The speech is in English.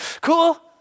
Cool